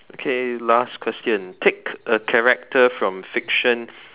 okay last question pick a character from fiction